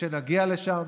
וכשנגיע לשם